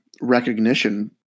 recognition